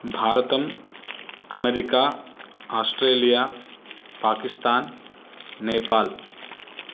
भारतम् America Australia Pakistan Nepal